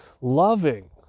loving